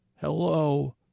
hello